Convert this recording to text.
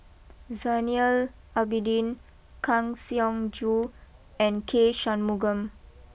Zainal Abidin Kang Siong Joo and K Shanmugam